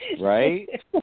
right